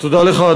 תודה לך.